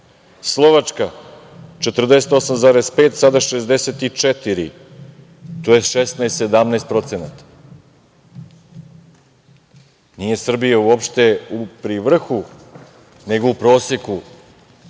Slovačka 48,5%, sada 64%, to je 16,17%. Nije Srbija uopšte pri vrhu, nego u proseku